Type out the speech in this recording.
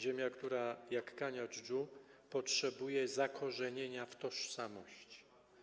Ziemia, która jak kania dżdżu potrzebuje zakorzenienia w tożsamości.